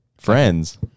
Friends